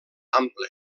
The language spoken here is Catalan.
ample